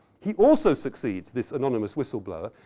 he also succeeds, this anonymous whistle blower,